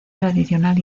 tradicional